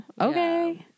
okay